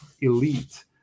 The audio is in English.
elite